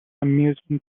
amusement